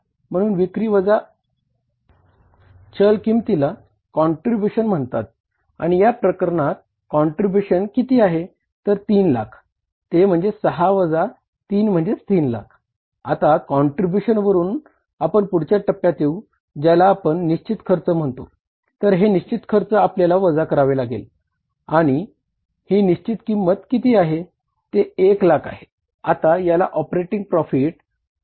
म्हणून विक्री वजा चल किंमतीला काँट्रीब्युशन म्हटले जाईल